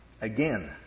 Again